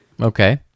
okay